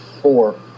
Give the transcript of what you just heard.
Four